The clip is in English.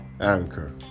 Anchor